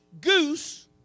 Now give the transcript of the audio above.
goose